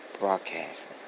Broadcasting